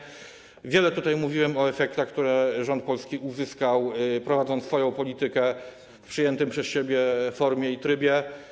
Jest przeciwnie - wiele tutaj mówiłem o efektach, które rząd polski uzyskał, prowadząc swoją politykę w przyjętych przez siebie formie i trybie.